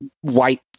white